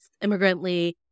Immigrantly